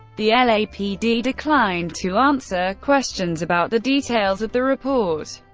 the lapd declined to answer questions about the details of the report.